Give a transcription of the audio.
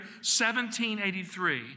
1783